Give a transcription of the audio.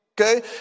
okay